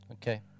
Okay